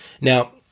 Now